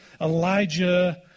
Elijah